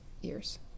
years